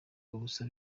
ubusa